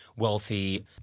wealthy